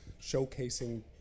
showcasing